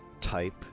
type